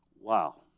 Wow